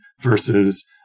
versus